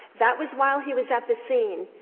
that was while he was at the scene.